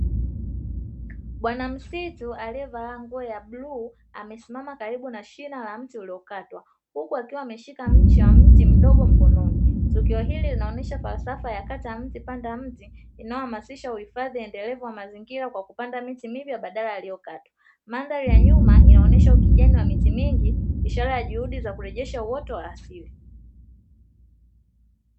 Bwana msitu aliyevaa nguo ya bluu amesimama karibu na shina la mti uliokatwa huku akiwa ameshika mche wa mti mdogo mkononi. Tukio hili linaonyesha falsafa ya kata mti panda mti inayohamasisha uhifadhi endelevu wa mazingira kwa kupanda miti mipya badala ya iliyokatwa. Mandhari ya nyuma inaonyesha ukijani wa miti mingi ishara ya juhudi za kurejesha uoto wa asili.